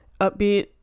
upbeat